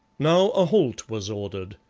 now a halt was ordered,